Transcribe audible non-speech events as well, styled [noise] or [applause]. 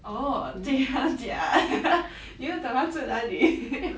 orh jian kang 家 [laughs] 你又懂他住哪里